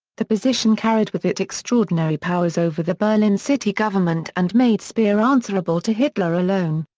the position carried with it extraordinary powers over the berlin city government and made speer answerable to hitler alone.